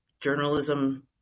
journalism